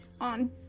On